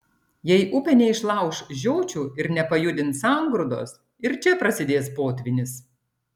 jei upė neišlauš žiočių ir nepajudins sangrūdos ir čia prasidės potvynis